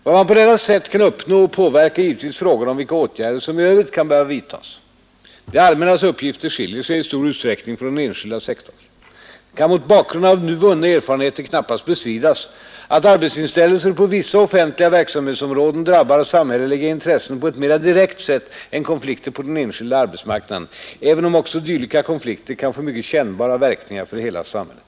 Vad man på detta sätt kan uppnå påverkar givetvis frågan om vilka atgärder som i övrigt kan behöva vidtas. Det allmännas uppgifter skiljer sig i stor utsträckning från den enskilda sektorns. Det kan mot bakgrund av nu vunna erfarenheter knappast bestridas, att arbetsinställelser på vissa offentliga verksamhetsområden drabbar samhälleliga intressen på ett mera direkt sätt än konflikter på den enskilda arbetsmarknaden, även om ocksa dylika konflikter kan få mycket kännbara verkningar för hela samhället.